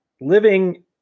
Living